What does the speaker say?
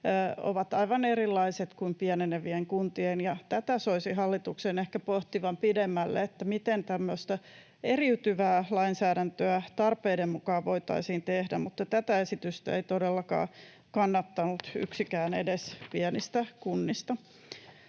ovat aivan erilaiset kuin pienenevien kuntien. Tätä soisi hallituksen ehkä pohtivan pidemmälle, miten tämmöistä eriytyvää lainsäädäntöä tarpeiden mukaan voitaisiin tehdä, mutta tätä esitystä ei todellakaan kannattanut yksikään edes pienistä kunnista.